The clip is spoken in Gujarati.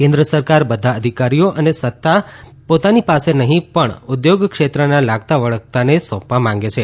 કેન્દ્ર સરકાર બધા અધિકારો અને સત્તા પોતાની પાસે નહી પણ ઉદ્યોગ ક્ષેત્રના લાગતા વળગતાને સોંપવા માંગે છે